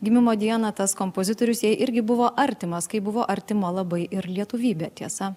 gimimo dieną tas kompozitorius jai irgi buvo artimas kai buvo artima labai ir lietuvybė tiesa